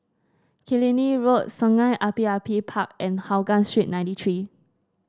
Killiney Road Sungei Api Api Park and Hougang Street ninety three